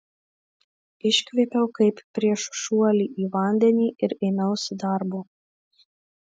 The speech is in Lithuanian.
iškvėpiau kaip prieš šuolį į vandenį ir ėmiausi darbo